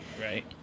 Right